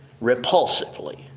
repulsively